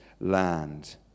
land